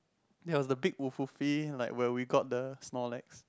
there was the big like where we got the Snorlax